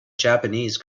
japanese